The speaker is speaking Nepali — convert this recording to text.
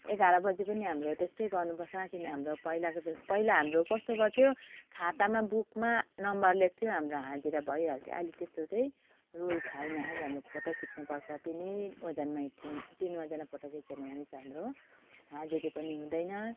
एघार बजी पनि हाम्रो त्यस्तै गर्नुपर्छ किन हाम्रो पहिलाको जस् पहिला हाम्रो कस्तो गर्थ्यो खातामा बुकमा नम्बर लेख्थ्यो हाम्रो हाजिरा भइहाल्थ्यो अहिले त्यस्तो चाहिँ रुल छैन अहिले हामीले फोटो खिच्नुपर्छ तिनै ओजनमै तिन ओजनमै फोटो खिचेन भने चाहिँ हाम्रो हाजिरी पनि हुँदैन